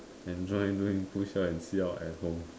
enjoy doing push up and sit up at home